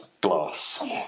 glass